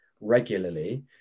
regularly